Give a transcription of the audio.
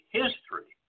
history